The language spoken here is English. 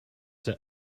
that